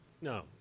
No